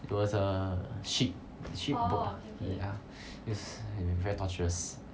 it was a ship a ship boat ya is very torturous